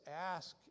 ask